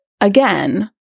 again